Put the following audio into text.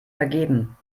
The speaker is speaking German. vergeben